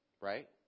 Right